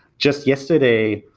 just yesterday,